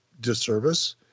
disservice